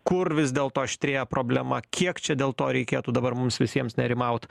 kur vis dėlto aštrėja problema kiek čia dėl to reikėtų dabar mums visiems nerimaut